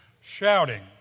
shouting